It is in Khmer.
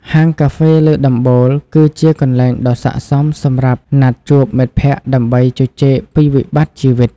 ហាងកាហ្វេលើដំបូលគឺជាកន្លែងដ៏ស័ក្តិសមសម្រាប់ណាត់ជួបមិត្តភក្តិដើម្បីជជែកពីវិបត្តិជីវិត។